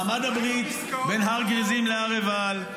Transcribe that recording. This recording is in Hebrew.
מעמד הברית ------- בין הר גריזים להר עיבל,